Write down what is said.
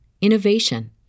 innovation